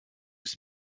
ist